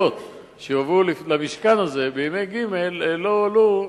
ראויות שיובאו למשכן הזה בימי ג' לא הועלו,